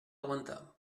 aguantar